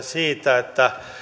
siitä että